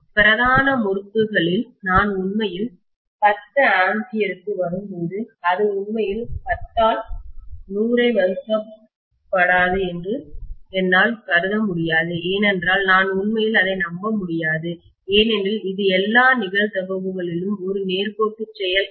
பிரதான முறுக்குகளில் நான் உண்மையில் 10 ஆம்பியருக்கு வரும்போது அது உண்மையில் 10 ஆல் 100 ஐ வகுக்கப்படாது என்று என்னால் கருத முடியாது ஏனென்றால் நான் உண்மையில் அதை நம்ப முடியாது ஏனெனில் இது எல்லா நிகழ்தகவுகளிலும் ஒரு நேர்கோட்டு செயல் அல்ல